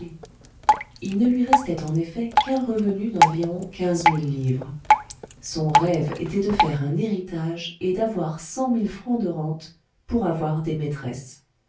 il ne lui restait en effet qu'un revenu d'environ quinze mille livres son rêve était de faire un héritage et d'avoir cent mille francs de rente pour avoir des maîtresses